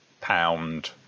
pound